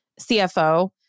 CFO